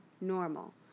normal